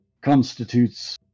constitutes